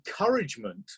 encouragement